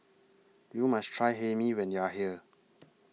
YOU must Try Hae Mee when YOU Are here